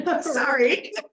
Sorry